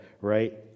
right